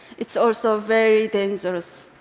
it's also very dangerous,